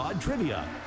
Trivia